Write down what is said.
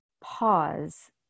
pause